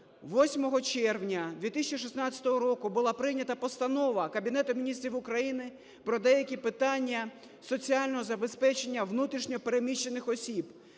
8 червня 2016 року була прийнята Постанова Кабінету Міністрів України про деякі питання соціального забезпечення внутрішньо переміщених осіб.